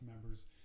members